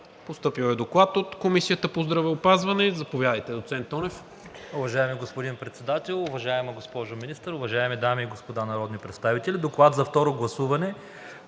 Постъпил е доклад от Комисията по здравеопазването. Заповядайте, доцент Тонев.